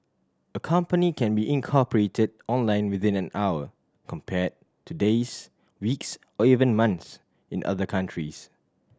a company can be incorporated online within an hour compared to days weeks or even months in other countries